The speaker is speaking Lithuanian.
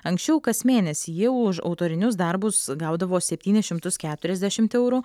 anksčiau kas mėnesį ji už autorinius darbus gaudavo septynis šimtus keturiasdešimt eurų